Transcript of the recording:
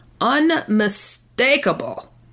unmistakable